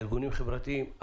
ארגונים חברתיים,